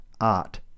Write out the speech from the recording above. art